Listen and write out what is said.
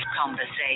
conversation